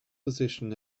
position